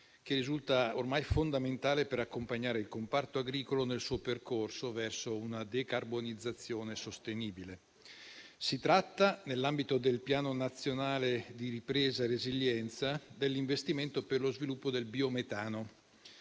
che risulta ormai fondamentale per accompagnare il comparto agricolo nel suo percorso verso una decarbonizzazione sostenibile. Si tratta, nell'ambito del Piano nazionale di ripresa e resilienza, dell'investimento per lo sviluppo del biometano,